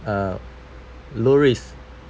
uh low risk